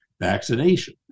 vaccination